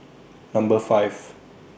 Number five